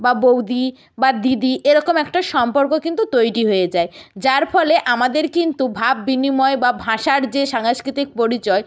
বা বৌদি বা দিদি এরকম একটা সম্পর্ক কিন্তু তৈরি হয়ে যায় যার ফলে আমাদের কিন্তু ভাব বিনিময় বা ভাষার যে সাংস্কৃতিক পরিচয়